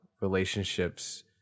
relationships